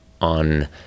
on